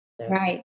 Right